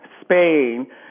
Spain